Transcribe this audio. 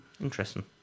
Interesting